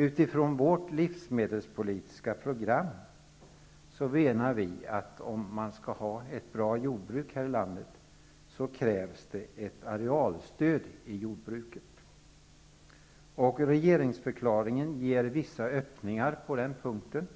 Utifrån vårt livsmedelspolitiska program menar vi att det, om vi skall ha ett bra jordbruk i det här landet, krävs ett arealstöd. Regeringsförklaringen innebär vissa öppningar på den punkten.